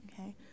okay